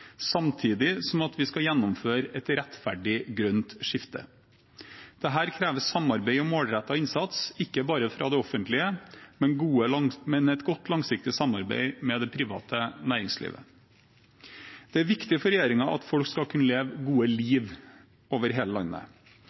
samtidig som at vi skal gjennomføre et rettferdig grønt skifte. Dette krever samarbeid og målrettet innsats, ikke bare fra det offentlige, men et godt, langsiktig samarbeid med det private næringsliv. Det er viktig for regjeringen at folk skal kunne leve et godt liv over hele landet.